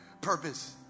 purpose